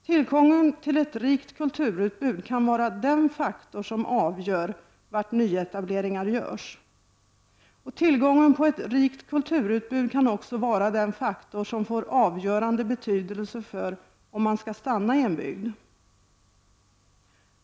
Tillgången till ett rikt kulturutbud kan vara den faktor som avgör var nyetableringar görs. Tillgången till ett rikt kulturutbud kan också vara den faktor som får avgörande betydelse för om man skall stanna i en bygd.